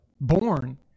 born